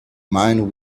man